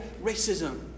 racism